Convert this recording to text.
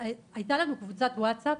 הייתה לנו קבוצת ווטסאפ